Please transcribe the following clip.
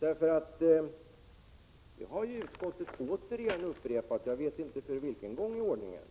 Utskottet har nämligen återigen upprepat, för vilken gång i ordningen